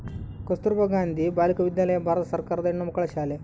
ಕಸ್ತುರ್ಭ ಗಾಂಧಿ ಬಾಲಿಕ ವಿದ್ಯಾಲಯ ಭಾರತ ಸರ್ಕಾರದ ಹೆಣ್ಣುಮಕ್ಕಳ ಶಾಲೆ